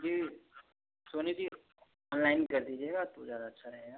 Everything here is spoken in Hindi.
जी सोनी जी ऑनलाइन कर दीजिएगा तो ज़्यादा अच्छा रहेगा